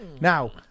Now